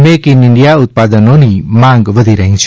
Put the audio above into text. make in India ઉત્પાદનોની માંગ વધી રહી છે